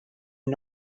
are